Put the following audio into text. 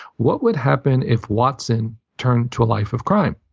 what would happen if watson turned to a life of crime?